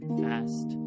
fast